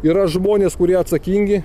yra žmonės kurie atsakingi